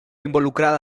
involucrada